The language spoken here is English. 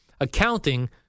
accounting